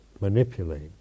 manipulate